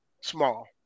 small